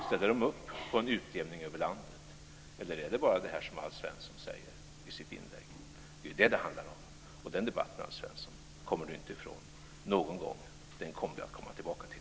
Ställer de upp på en utjämning över landet, eller är det bara det som Alf Svensson säger i sitt inlägg som gäller? Det är det som det handlar om, och den debatten kommer inte Alf Svensson ifrån någon gång. Den kommer vi att komma tillbaka till.